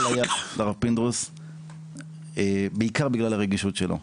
ליד לרב פינדרוס בעיקר בגלל הרגישות שלו.